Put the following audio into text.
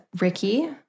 Ricky